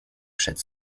przed